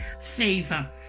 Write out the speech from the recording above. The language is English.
favor